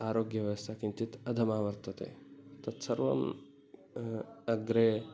आरोग्यव्यवस्था किञ्चित् अधमा वर्तते तत्सर्वम् अग्रे